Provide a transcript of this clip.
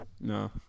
no